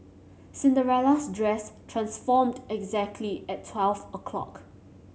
Cinderella's dress transformed exactly at twelve o'clock